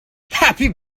happy